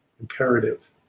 imperative